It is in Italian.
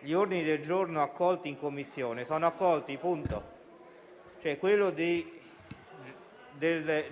Gli ordini del giorno accolti in Commissione sono accolti, punto. Quello del